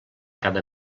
cada